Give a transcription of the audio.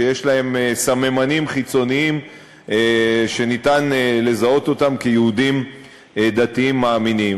שיש להם סממנים חיצוניים שניתן לזהות אותם בגללם כיהודים דתיים מאמינים.